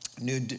new